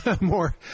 more